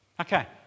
Okay